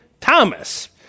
Thomas